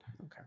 Okay